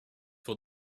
for